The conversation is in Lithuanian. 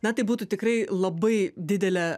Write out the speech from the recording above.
na tai būtų tikrai labai didelė